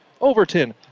Overton